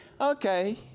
okay